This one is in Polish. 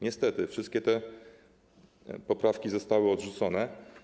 Niestety, wszystkie te poprawki zostały odrzucone.